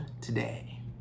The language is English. today